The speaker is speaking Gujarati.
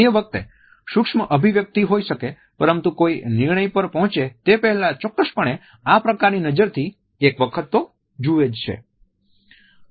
તે વખતે સૂક્ષ્મ અભિવ્યક્તિ હોય શકે પરંતુ કોઈ નિર્ણય પર પહોંચે તે પહેલાં ચોક્કસપણે આ પ્રકારની નજરથી એક વખત તો જોવેજ છે